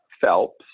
Phelps